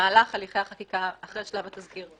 במהלך הליכי החקיקה, אחרי שלב התזכיר,